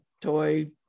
toy